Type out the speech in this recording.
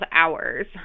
hours